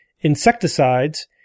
insecticides